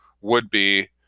would-be